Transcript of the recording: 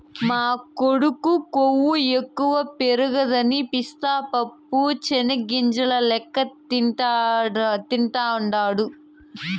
మా కొడుకు కొవ్వు ఎక్కువ పెరగదని పిస్తా పప్పు చెనిగ్గింజల లెక్క తింటాండాడు